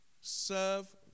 serve